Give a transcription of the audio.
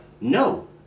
No